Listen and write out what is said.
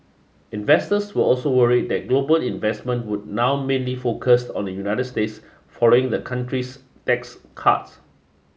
investors were also worried that global investment would now mainly focused on the United States following the country's tax cuts